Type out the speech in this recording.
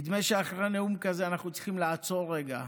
נדמה שאחרי נאום כזה אנחנו צריכים לעצור רגע,